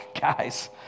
guys